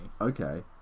Okay